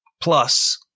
Plus